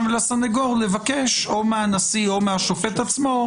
ולסניגור לבקש או מהנשיא או מהשופט עצמו.